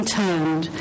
turned